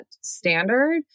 standard